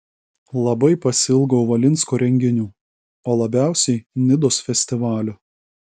labai pasiilgau valinsko renginių o labiausiai nidos festivalio